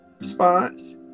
response